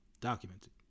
documented